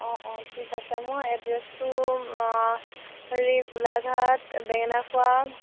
অঁ অঁ ঠিক আছে মই এড্ৰেছটো হেৰি গোলাঘাট বেঙেনাখোৱা